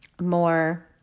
more